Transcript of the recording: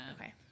okay